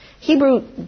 Hebrew